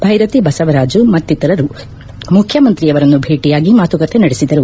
ಭೈರತಿ ಬಸವರಾಜು ಮತ್ತಿತರರು ಮುಖ್ಯಮಂತ್ರಿಯವರನ್ನು ಭೇಟಿಯಾಗಿ ಮಾತುಕತೆ ನಡೆಸಿದರು